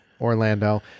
Orlando